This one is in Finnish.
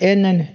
ennen